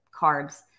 carbs